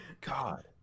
God